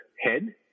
head